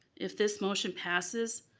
if this motion passes,